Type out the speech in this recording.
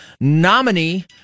nominee